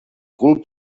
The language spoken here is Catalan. cul